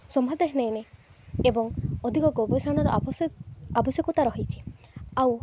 ହୋଇନାହିଁ ଏବଂ ଅଧିକ ଗବେଷଣର ଆବଶ୍ୟକତା ରହିଛି ଆଉ